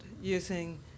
using